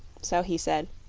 so he said